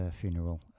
funeral